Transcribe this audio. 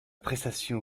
prestation